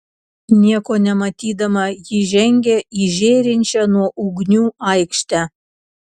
nieko nematydama ji žengė į žėrinčią nuo ugnių aikštę